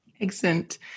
Excellent